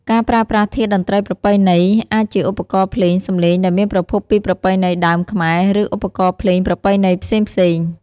ការប្រើប្រាស់ធាតុតន្ត្រីប្រពៃណី អាចជាឧបករណ៍ភ្លេង សំឡេងដែលមានប្រភពពីប្រពៃណីដើមខ្មែរ ឬឧបករណ៍ភ្លេងប្រពៃណីផ្សេងៗ។